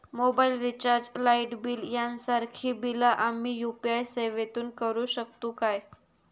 Mobile recharge, light bill यांसारखी बिला आम्ही यू.पी.आय सेवेतून करू शकतू काय?